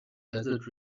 desert